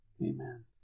Amen